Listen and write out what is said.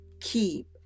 keep